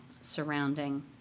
surrounding